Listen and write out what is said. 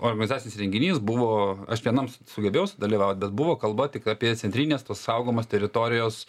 organizacijos renginys buvo aš vienam sugebėjau sudalyvaut bet buvo kalba tik apie centrinės tos saugomos teritorijos